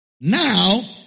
Now